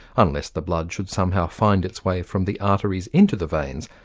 unless the blood should somehow find its way from the arteries into the veins,